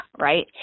right